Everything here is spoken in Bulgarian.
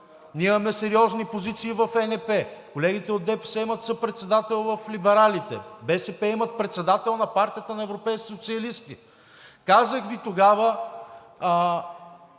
Ние имаме сериозни позиции в ЕНП, колегите от ДПС имат съпредседател в Либералите, БСП имат председател на Партията на Европейските социалисти. Казах Ви тогава: